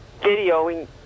videoing